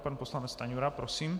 Pan poslanec Stanjura, prosím.